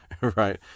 right